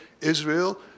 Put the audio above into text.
Israel